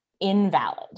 invalid